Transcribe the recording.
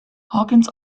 hawkins